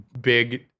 big